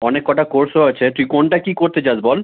অনেক কটা কোর্সও আছে তুই কোনটা কী করতে চাস বল